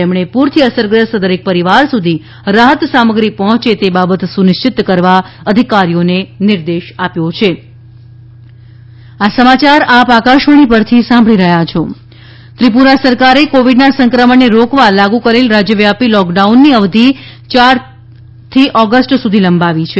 તેમણે પૂરથી અસરગ્રસ્ત દરેક પરિવાર સુધી રાહત સામગ્રી પહોંચે તે બાબત સુનિશ્ચિત કરવા અધિકારીઓને નિર્દેશ આપ્યો છે ત્રિપુરા કોવિડ ત્રિપુરા સરકારે કોવિડના સંક્રમણને રોકવા લાગુ કરેલ રાજ્યવ્યાપી લોકડાઉનની અવધી ચારથી ઓગસ્ટ સુધી લંબાવી છે